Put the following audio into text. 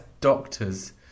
doctors